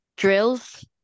drills